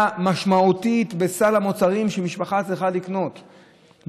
משמעותית בסל המוצרים שמשפחה צריכה לקנות,